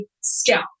scalp